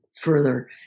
further